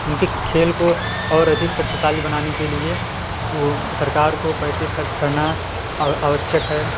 उनकी खेल को और अधिक शक्तिशाली बनाने के लिए को सरकार को पैसे खर्च करना और आवश्यक है